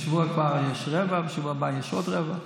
בשבוע הבא יש רבע ובשבוע אחר כך עוד רבע,